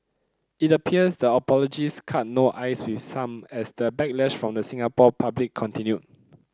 it appears the apologies cut no ice with some as the backlash from the Singapore public continued